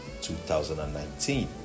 2019